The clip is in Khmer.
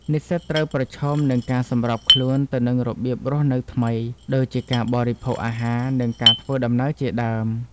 និស្សិតត្រូវប្រឈមនឹងការសម្របខ្លួនទៅនឹងរបៀបរស់នៅថ្មី ដូចជាការបរិភោគអាហារ និងការធ្វើដំណើរជាដើម។